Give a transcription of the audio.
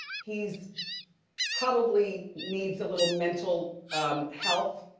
he's probably needs a little mental health.